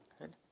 Good